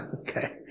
okay